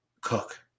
cook